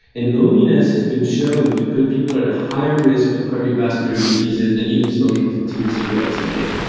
and loneliness has been shown to put people at a higher risk of cardiovascular diseases than even smoking fifteen cigarettes a day.